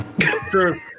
True